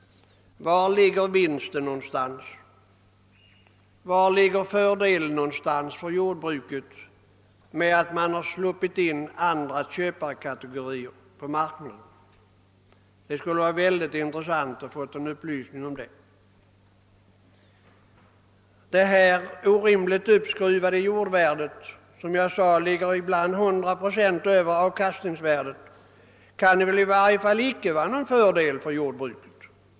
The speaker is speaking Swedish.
Vari ligger vinsten? Vilken fördel har jordbruket av att man har släppt in andra köparkategorier på marknaden? Det skulle vara mycket intressant att få upplysning om det. Det orimligt uppskruvade markvärdet, som alltså ibland ligger 100 pro cent över avkastningsvärdet, kan väl åtminstone inte vara till någon fördel för jordbruket.